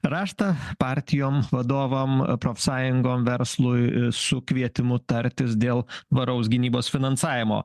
raštą partijom vadovam profsąjungom verslui su kvietimu tartis dėl varaus gynybos finansavimo